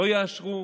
לא יאשרו.